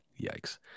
Yikes